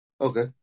Okay